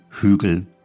Hügel